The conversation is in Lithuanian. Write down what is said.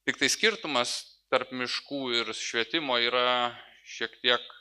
tiktai skirtumas tarp miškų ir švietimo yra šiek tiek